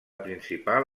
principal